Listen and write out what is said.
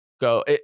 go